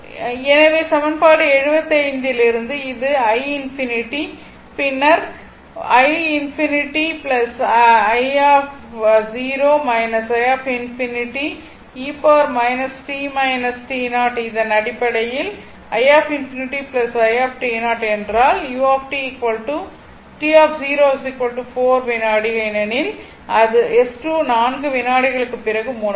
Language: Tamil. எனவே சமன்பாடு 75 லிருந்து அது i∞ பின்னர் இது அடிப்படையில் என்றால் t 4 வினாடி ஏனெனில் S2 4 விநாடிகளுக்குப் பிறகு மூடப்பட்டது